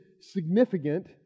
significant